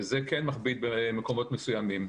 וזה כן מכביד במקומות מסוימים.